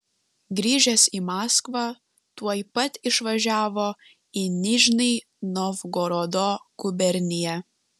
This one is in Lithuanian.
grįžęs į maskvą tuoj pat išvažiavo į nižnij novgorodo guberniją